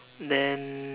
then